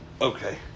Okay